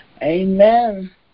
Amen